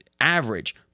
average